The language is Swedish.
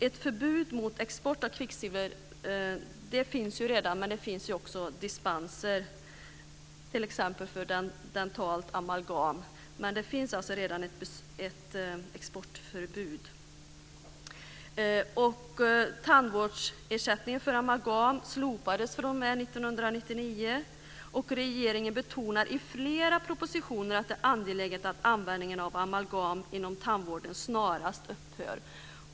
Ett förbud mot export av kvicksilver finns redan, men det finns även dispenser t.ex. för dentalt amalgam. Men det finns alltså redan ett exportförbud. Tandvårdsersättningen för amalgam slopades fr.o.m. 1999. Och regeringen betonar i flera propositioner att det är angeläget att användningen av amalgam inom tandvården snarast upphör.